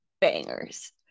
bangers